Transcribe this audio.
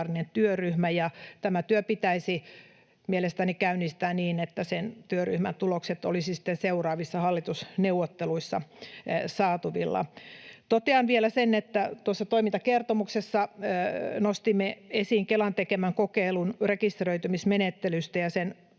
työryhmä. Tämä työ pitäisi mielestäni käynnistää niin, että sen työryhmän tulokset olisivat sitten seuraavissa hallitusneuvotteluissa saatavilla. Totean vielä sen, että tuossa toimintakertomuksessa nostimme esiin Kelan tekemän kokeilun rekisteröitymismenettelystä ja sen